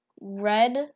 red